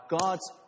God's